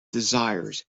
desires